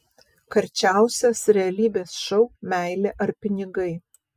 karčiausias realybės šou meilė ar pinigai